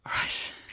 Right